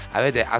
avete